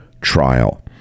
trial